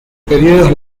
períodos